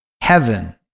heaven